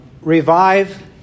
revive